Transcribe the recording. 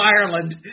Ireland